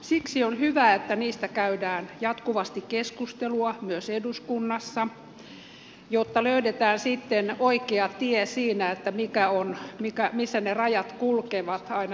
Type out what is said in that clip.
siksi on hyvä että niistä käydään jatkuvasti keskustelua myös eduskunnassa jotta löydetään sitten oikea tie siinä missä ne rajat kulkevat aina yksittäistapauksissa